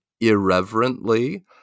irreverently